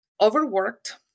overworked